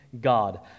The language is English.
God